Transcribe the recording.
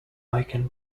icon